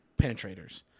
penetrators